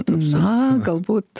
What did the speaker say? na galbūt